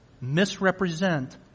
misrepresent